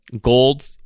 gold